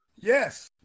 Yes